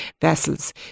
vessels